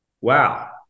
wow